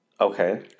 Okay